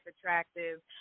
attractive